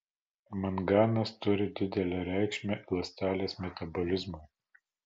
manganas turi didelę reikšmę ląstelės metabolizmui